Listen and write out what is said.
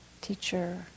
teacher